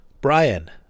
Brian